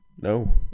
No